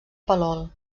palol